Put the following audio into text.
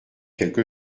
quelque